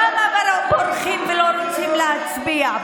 למה בורחים ולא רוצים להצביע?